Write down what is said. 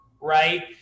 right